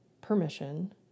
permission